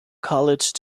college